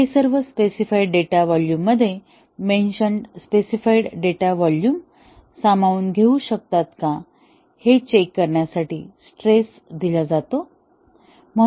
हे सर्व specified data volume मध्ये मेन्शनेड स्पेसिफाइड डेटा व्हॉल्यूम सामावून घेऊ शकतात का हे चेक करण्यासाठी स्ट्रेस दिला जातो